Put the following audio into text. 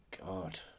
God